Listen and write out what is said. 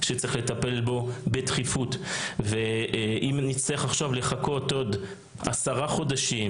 שצריך לטפל בו בדחיפות ואם נצטרך עכשיו לחכות עוד עשרה חודשים